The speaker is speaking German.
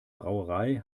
brauerei